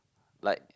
like